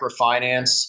microfinance